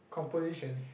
composition